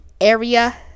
area